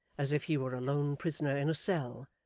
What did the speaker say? as if he were a lone prisoner in a cell,